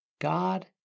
God